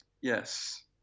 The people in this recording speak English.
Yes